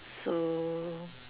so